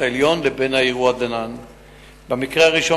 4. על אילו תארים